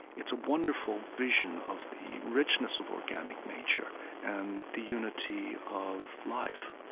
it's a wonderful vision of the richness of organic nature and the unity of life